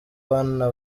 bana